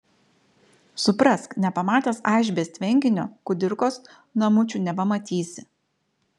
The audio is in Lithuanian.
suprask nepamatęs aišbės tvenkinio kudirkos namučių nepamatysi